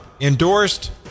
endorsed